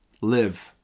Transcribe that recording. live